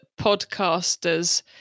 podcasters